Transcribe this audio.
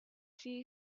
see